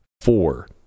four